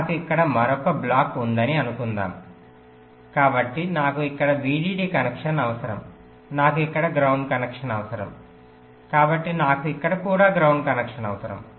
నాకు ఇక్కడ మరొక బ్లాక్ ఉందని అనుకుందాం కాబట్టి నాకు ఇక్కడ VDD కనెక్షన్ అవసరం నాకు ఇక్కడ గ్రౌండ్ కనెక్షన్ అవసరం కాబట్టి నాకు ఇక్కడ కూడా గ్రౌండ్ కనెక్షన్ అవసరం